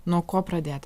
nuo ko pradėt